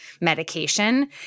medication